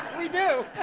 we do.